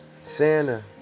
Santa